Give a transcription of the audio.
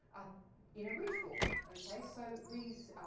ah you know, ritual okay. so these